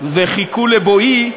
וחיכו לבואי,